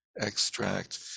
extract